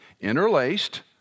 Interlaced